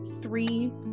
three